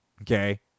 Okay